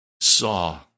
saw